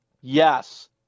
Yes